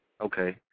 Okay